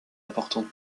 importante